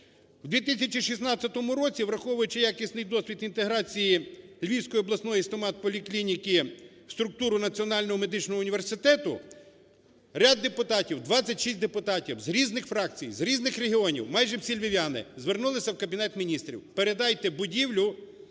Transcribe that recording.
В 2016 році, враховуючи якісний досвід інтеграції львівської обласної стоматполіклініки в структуру Національного медичного університету, ряд депутатів, 26 депутатства з різних фракцій, з різних регіонів, майже всі львів'яни, звернулися в Кабінет Міністрів: передайте будівлю